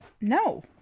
no